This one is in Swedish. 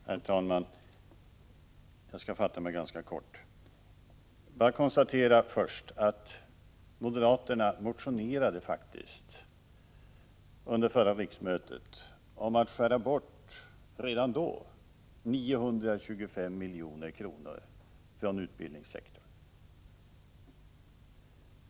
Herr talman! Jag skall fatta mig ganska kort. Först vill jag bara konstatera att moderaterna under förra riksmötet faktiskt motionerade om att redan då skära bort 925 milj.kr. från utbildningssektorn.